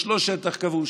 לא שטח כבוש.